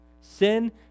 Sin